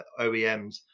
OEMs